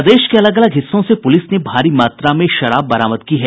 प्रदेश के अलग अलग हिस्सों से पूलिस ने भारी मात्रा में शराब बरामद की है